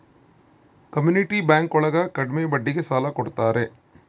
community bank ಒಳಗ ಕಡ್ಮೆ ಬಡ್ಡಿಗೆ ಸಾಲ ಕೊಡ್ತಾರೆ